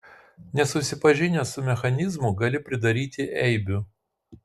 nesusipažinęs su mechanizmu gali pridaryti eibių